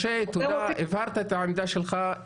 משה, תודה, הבהרת את העמדה שלך.